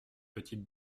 petite